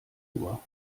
nur